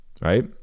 right